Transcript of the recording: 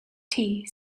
tea